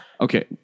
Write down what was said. Okay